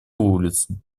улицу